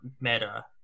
meta